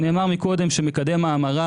נאמר מקודם שמקדם ההמרה,